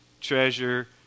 treasure